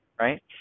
right